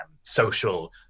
social